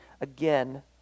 again